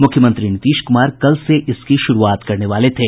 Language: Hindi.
मुख्यमंत्री नीतीश कुमार कल से इसकी शुरूआत करने वाले थे